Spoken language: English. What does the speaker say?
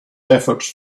efforts